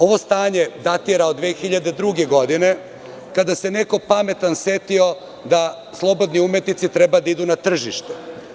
Ovo stanje datira od 2002. godine, kada se neko pametan setio da slobodni umetnici treba da idu na tržište.